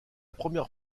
première